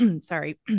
sorry